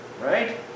right